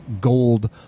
gold